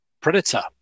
Predator